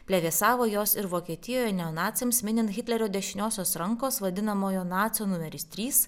plevėsavo jos ir vokietijoje neonaciams minint hitlerio dešiniosios rankos vadinamojo nacio numeris trys